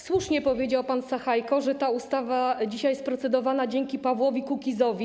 Słusznie powiedział pan Sachajko, że ta ustawa dzisiaj jest procedowana dzięki Pawłowi Kukizowi.